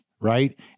right